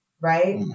right